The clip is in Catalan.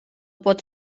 pot